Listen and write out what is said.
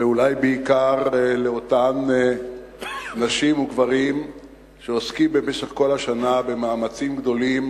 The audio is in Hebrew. ואולי בעיקר לאותם נשים וגברים שעוסקים במשך כל השנה במאמצים גדולים